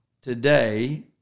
today